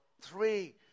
three